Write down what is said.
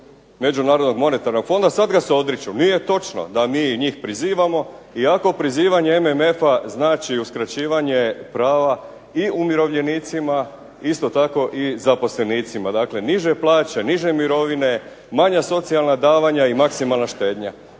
Međunarodnog monetarnog fonda sad ga se odriču. Nije točno da mi njih prizivamo i ako prizivanje MMF-a znači uskraćivanje prava i umirovljenicima, isto tako i zaposlenicima. Dakle niže plaće, niže mirovine, manja socijalna davanja i maksimalna štednja.